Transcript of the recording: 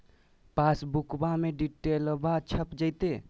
पासबुका में डिटेल्बा छप जयते?